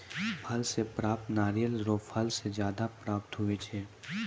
फल से प्राप्त नारियल रो फल से ज्यादा प्राप्त हुवै छै